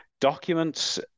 documents